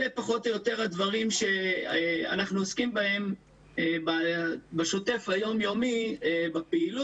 אלה פחות או יותר הדברים שאנחנו עוסקים בהם בשוטף היום-יומי בפעילות.